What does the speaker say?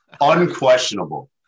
Unquestionable